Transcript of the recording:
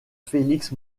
félix